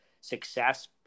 success